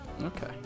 Okay